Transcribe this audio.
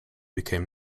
became